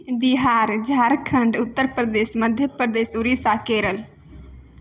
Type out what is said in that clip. Bihar Jharkhand Uttar Pradesh Madhya Pradesh Orissa Kerala